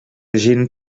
gent